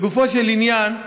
לגופו של עניין,